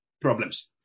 problems